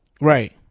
right